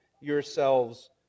yourselves